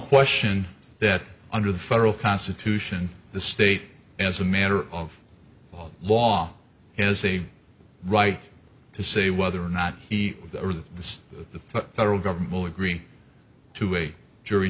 question that under the federal constitution the state as a matter of law has a right to say whether or not he or that this is the federal government will agree to a jury